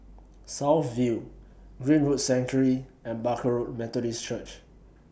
South View Greenwood Sanctuary and Barker Road Methodist Church